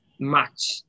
match